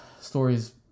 stories